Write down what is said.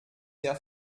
der